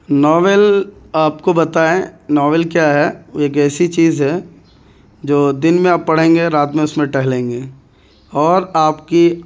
novel آپ کو بتائیں ناول کیا ہے وہ ایک ایسی چیز ہے جو دن میں آپ پڑھیں گے رات میں اس میں ٹہلیں گے اور آپ کی